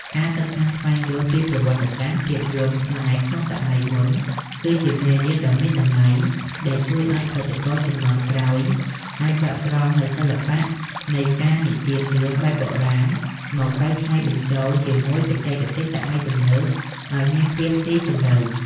ការសិក្សាស្វែងយល់ពីប្រវត្តិសាស្ត្រភាពយន្តខ្មែរក្នុងសម័យមុន គឺជាមេរៀនដ៏មានតម្លៃដែលជួយឱ្យផលិតករជំនាន់ក្រោយអាចដកស្រង់នូវសិល្បៈនៃការនិទានរឿងបែបបុរាណមកកែច្នៃបញ្ចូលជាមួយបច្ចេកទេសសម័យទំនើបឱ្យមានភាពស៊ីជម្រៅ។